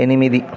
ఎనిమిది